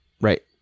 Right